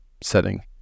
setting